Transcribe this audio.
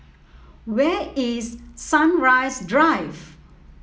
where is Sunrise Drive